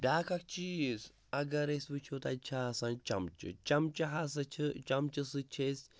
بیٛاکھ اَکھ چیٖز اگر أسۍ وٕچھو تَتہِ چھِ آسان چَمچہٕ چَمچہٕ ہَسا چھِ چَمچہِ سۭتۍ چھِ أسۍ